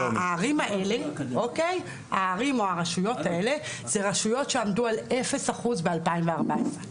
הערים או הרשויות האלה זה רשויות שעמדו על אפס אחוז ב-2014.